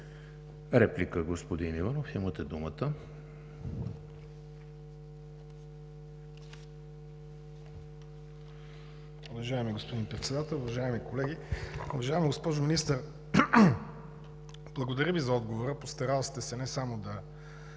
Реплика, господин Иванов, имате думата.